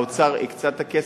האוצר הקצה את הכסף.